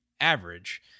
average